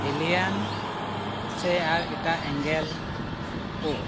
ᱮᱞᱤᱭᱟᱱ ᱥᱮ ᱟᱨ ᱮᱴᱟᱜ ᱮᱸᱜᱮᱞ ᱠᱚ